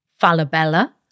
Falabella